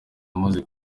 amaze